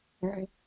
Right